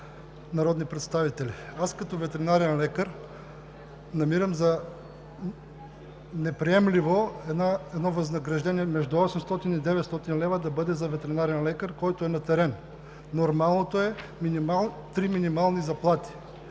народни представители! Аз, като ветеринарен лекар, намирам за неприемливо едно възнаграждение между 800 и 900 лв. да бъде за ветеринарен лекар, който е на терен – нормалното е три минимални заплати.